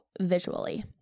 visually